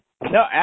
No